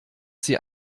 sie